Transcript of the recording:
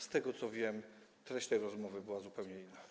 Z tego, co wiem, treść tej rozmowy była zupełnie inna.